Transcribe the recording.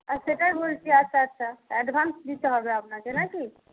আর সেটাই বলছি আচ্ছা আচ্ছা অ্যাডভান্স দিতে হবে আপনাকে না কি